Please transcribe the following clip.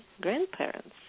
grandparents